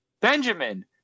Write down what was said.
Benjamin